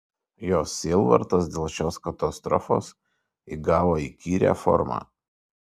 jos sielvartas dėl šios katastrofos įgavo įkyrią formą